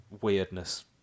weirdness